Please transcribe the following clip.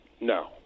No